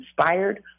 inspired